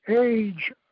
Age